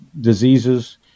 diseases